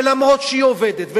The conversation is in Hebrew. שגם עובדת,